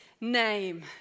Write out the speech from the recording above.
name